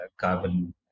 carbon